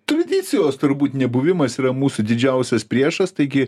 tradicijos turbūt nebuvimas yra mūsų didžiausias priešas taigi